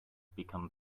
become